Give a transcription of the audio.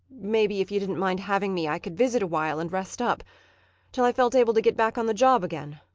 maybe, if you didn't mind having me, i could visit a while and rest up till i felt able to get back on the job again.